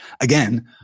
again